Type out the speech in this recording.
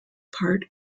part